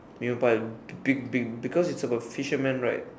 minimum price be~ be~ because it's about fishermen right